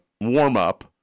warm-up